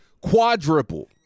quadruple